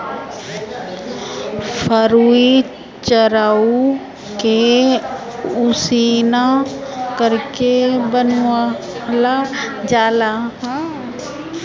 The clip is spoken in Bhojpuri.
फरुई चाउरे के उसिना करके बनावल जाला